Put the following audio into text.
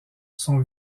sont